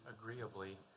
agreeably